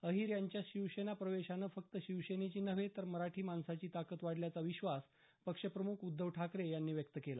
अहीर यांच्या शिवसेना प्रवेशानं फक्त शिवसेनेची नव्हे तर मराठी माणसाची ताकद वाढल्याचा विश्वास पक्षप्रमुख उद्धव ठाकरे यांनी व्यक्त केला